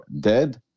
dead